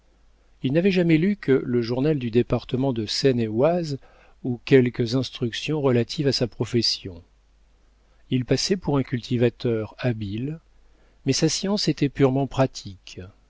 il n'avait jamais lu que le journal du département de seine-et-oise ou quelques instructions relatives à sa profession il passait pour un cultivateur habile mais sa science était purement pratique